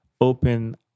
open